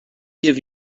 give